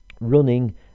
Running